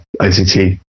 ICT